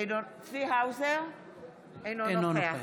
אינו נוכח